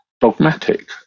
dogmatic